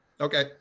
Okay